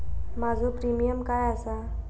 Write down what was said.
माझो प्रीमियम काय आसा?